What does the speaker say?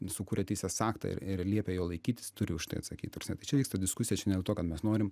sukuria teisės aktą ir ir liepia jo laikytis turi už tai atsakyt ta prasme tai čia vyksta diskusija čia ne dėl to kad mes norim